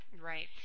Right